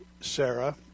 Sarah